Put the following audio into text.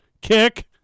kick